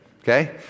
okay